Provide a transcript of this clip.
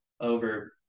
over